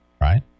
right